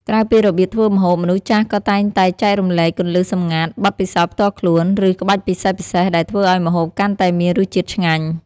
ក្រៅពីរបៀបធ្វើម្ហូប មនុស្សចាស់ក៏តែងតែចែករំលែកគន្លឹះសម្ងាត់ បទពិសោធន៍ផ្ទាល់ខ្លួន ឬក្បាច់ពិសេសៗដែលធ្វើឱ្យម្ហូបកាន់តែមានរសជាតិឆ្ងាញ់។